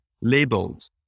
labeled